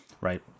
right